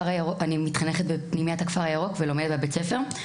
אני מתחנכת בפנימיית הכפר הירוק ולומדת בבית הספר.